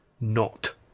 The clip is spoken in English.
Not